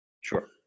Sure